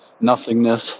nothingness